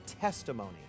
testimony